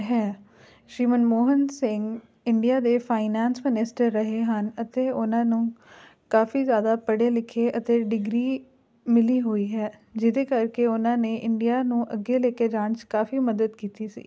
ਹੈ ਸ਼੍ਰੀ ਮਨਮੋਹਨ ਸਿੰਘ ਇੰਡੀਆ ਦੇ finance minister ਰਹੇ ਹਨ ਅਤੇ ਉਹਨਾਂ ਨੂੰ ਕਾਫ਼ੀ ਜ਼ਿਆਦਾ ਪੜ੍ਹੇ ਲਿਖੇ ਅਤੇ ਡਿਗਰੀ ਮਿਲੀ ਹੋਈ ਹੈ ਜਿਹਦੇ ਕਰਕੇ ਉਹਨਾਂ ਨੇ ਇੰਡੀਆ ਨੂੰ ਅੱਗੇ ਲੈ ਕੇ ਜਾਣ 'ਚ ਕਾਫ਼ੀ ਮਦਦ ਕੀਤੀ ਸੀ